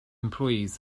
employees